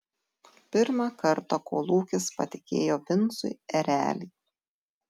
pirmą kartą kolūkis patikėjo vincui erelį